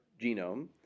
genome